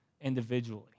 individually